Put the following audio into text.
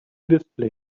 display